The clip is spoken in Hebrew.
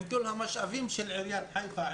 עם כל המשאבים של עיריית חיפה,